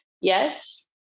Yes